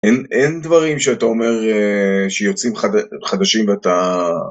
אין דברים שאתה אומר שיוצאים חדשים ואתה...